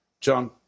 John